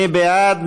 מי בעד?